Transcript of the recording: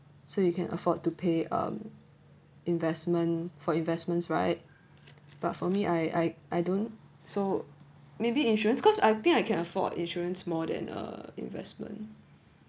so you can afford to pay um investment for investments right but for me I I I don't so maybe insurance cause I think I can afford insurance more than a investment